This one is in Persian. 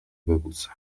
ببوسم